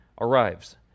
arrives